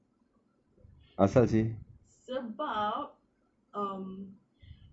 sebab um